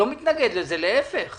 אבל ללבן, קודם תנו לילדים להיות בצהרון.